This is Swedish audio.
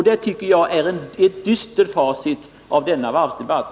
Det tycker jag är ett dystert facit av denna varvsdebatt.